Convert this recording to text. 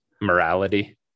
Morality